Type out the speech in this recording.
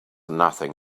nothing